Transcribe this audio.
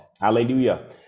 Hallelujah